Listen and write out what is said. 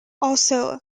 also